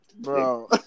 Bro